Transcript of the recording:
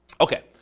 okay